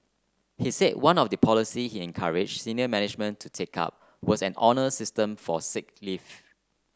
he said one of the policies he encouraged senior management to take up was an honour system for sick leave